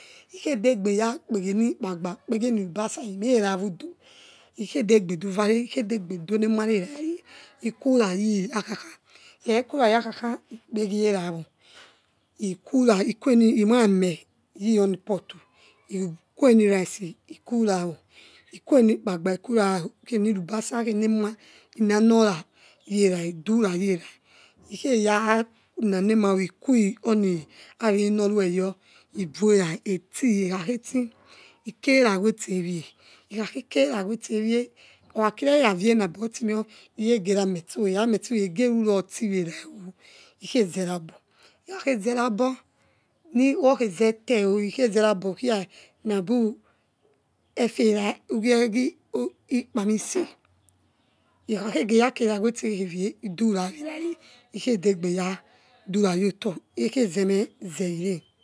Ikhedegbe ya kpegenikpaba kpegieni rubasa imera udo ikhedegbeduenem are erare ikurayi akhaka ikhekhe kuraya khaka ikpegierawo ikura imameh yionipotu ikuenirike ikura o kuemikpaba ikurawo ikhenieuba khene ema inamora yera idura yera ikeya namemawo ikui oni aviri nor rue your idoina eti ekha kheti ikerawe ste ewie ikhakeke nerawe ste ewte okha kira erewie nabo bimeo ikhege ra mesnowo ikharametso wo eruroti enea ikhezeraobo ikheze rabo khi nabu efera ugie efe ikpamise iyor ekhakege rakera ste khewie idurawerare ikhedegbe re dura goto ekhe zemeze ire.